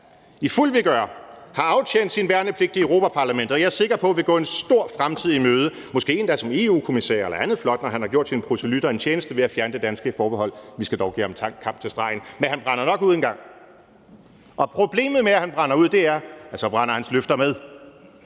i fuld vigør, som har aftjent sin værnepligt i Europa-Parlamentet, og som jeg er sikker på vil gå en stor fremtid i møde, måske endda som EU-kommissær eller noget andet flot, når han har gjort sine proselytter en tjeneste ved at fjerne de danske forbehold – vi skal dog give ham kamp til stregen. Men han brænder nok ud engang. Og problemet med, at han brænder ud, er, at så brænder hans løfter med.